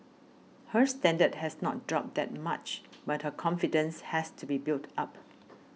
her standard has not dropped that much but her confidence has to be built up